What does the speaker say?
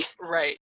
Right